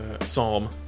Psalm